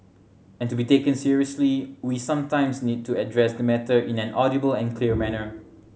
and to be taken seriously we sometimes need to address the matter in an audible and clear manner